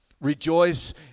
Rejoice